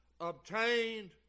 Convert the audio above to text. Obtained